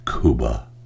Cuba